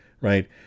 right